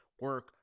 Work